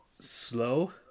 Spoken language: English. slow